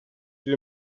une